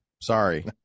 Sorry